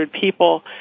people